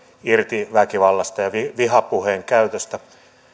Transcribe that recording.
irti väkivallasta ja vihapuheen käytöstä